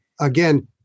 again